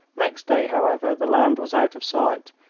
next day, however, the land was out of sight,